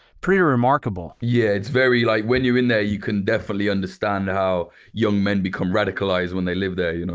pretty remarkable. yeah. it's very, like when you're in there, you can definitely understand how young men become radicalized when they live there. you know?